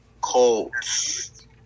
Colts